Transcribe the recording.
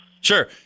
Sure